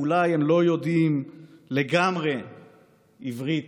אולי הם לא יודעים לגמרי עברית,